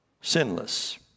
sinless